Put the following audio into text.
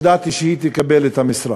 ידעתי שהיא תקבל את המשרה,